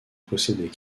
possédait